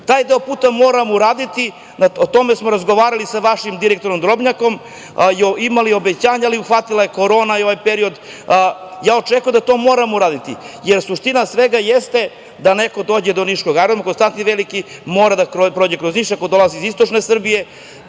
Taj deo puta moramo uraditi. O tome smo razgovarali sa vašim direktorom Drobnjakom. Imali obećanja, ali je uhvatila je korona i ovaj period. Očekujem da to moramo uraditi. Suština svega jeste da neko dođe do niškog aerodroma „Kostantin Veliki“. Mora da prođe kroz Niš, ako dolazi iz istočne Srbije.